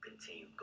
continue